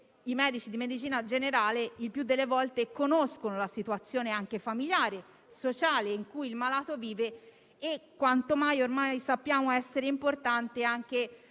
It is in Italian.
i medici di medicina generale il più delle volte conoscono la situazione, anche familiare e sociale, in cui il malato vive. Sappiamo ormai essere molto importante e